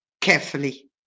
carefully